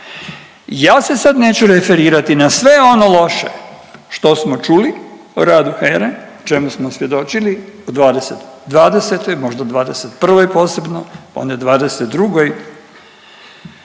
Ja se sad neću referirati na sve ono loše što smo čuli o radu HERE, o čemu smo svjedočili u '20.-toj, možda '21. posebno, pa onda '22.,